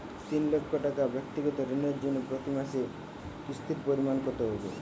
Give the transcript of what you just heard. তিন লক্ষ টাকা ব্যাক্তিগত ঋণের জন্য প্রতি মাসে কিস্তির পরিমাণ কত হবে?